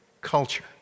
culture